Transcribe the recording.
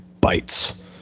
bites